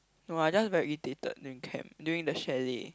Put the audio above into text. no I just very irritated during camp during the chalet